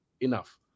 enough